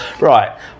right